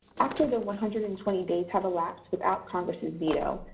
after the one hundred and twenty days have elapsed without congress' veto,